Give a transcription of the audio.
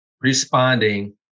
responding